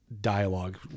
dialogue